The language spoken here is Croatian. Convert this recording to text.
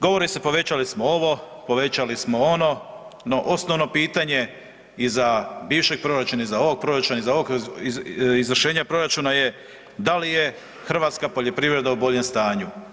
Govori se, povećali smo ovo, povećali smo ono, no osnovno pitanje i za bivši proračun i za ovog proračuna i za ovog izvršenja proračuna je hrvatska poljoprivreda u boljem stanju.